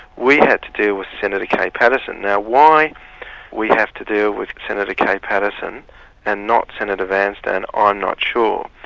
we had to deal with senator kay patterson. now why we have to deal with senator kay patterson and not senator vanstone, and i'm not sure,